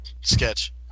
Sketch